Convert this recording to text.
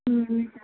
ꯎꯝ